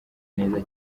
neza